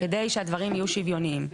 כדי שהדברים יהיו שוויוניים.